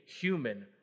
human